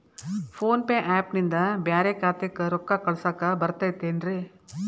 Phone pay app ನಿಂದ ಬ್ಯಾರೆ ಖಾತೆಕ್ ರೊಕ್ಕಾ ಕಳಸಾಕ್ ಬರತೈತೇನ್ರೇ?